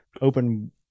open